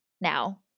now